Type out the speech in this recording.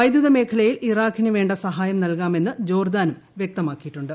വൈദ്യുത മേഖലയിൽ ഇറാക്കിന് വേണ്ട സഹായം നൽകാമെന്ന് ജോർദാനും വ്യക്തമാക്കിയിട്ടുണ്ട്